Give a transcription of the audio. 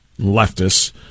leftists